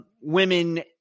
women